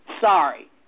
Sorry